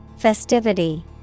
festivity